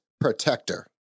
protector